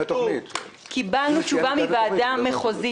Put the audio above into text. בדקנו וקיבלנו תשובה מן הוועדה המחוזית,